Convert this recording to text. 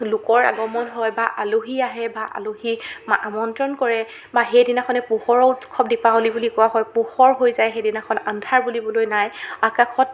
লোকৰ আগমণ হয় বা আলহী আহে বা আলহী মা আমন্ত্ৰণ কৰে বা সেইদিনাখনেই পোহৰৰ উৎসৱ দিপাৱলী বুলি কোৱা হয় পোহৰ হৈ যায় সেইদিনাখন আন্ধাৰ বুলিবলৈ নাই আকাশত